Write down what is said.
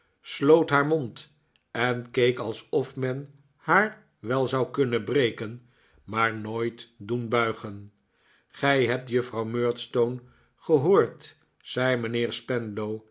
sloot haar mond en keek alsof men haar wel zou kunnen breken maar nooit doen buigen gij hebt juffrouw murdstone gehoord zei mijnheer